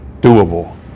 doable